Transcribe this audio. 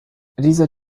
dieser